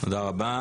תודה רבה.